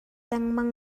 lengmang